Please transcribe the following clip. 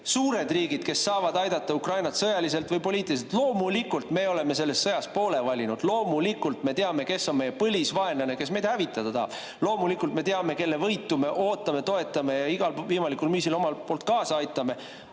suured riigid, kes saavad aidata Ukrainat sõjaliselt või poliitiliselt. Loomulikult me oleme selles sõjas poole valinud. Loomulikult me teame, kes on meie põlisvaenlane, kes meid hävitada tahab. Loomulikult me teame, kelle võitu me ootame, toetame ja igal võimalikul viisil sellele omalt poolt kaasa aitame.